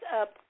up